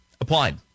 applied